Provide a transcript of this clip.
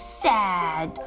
sad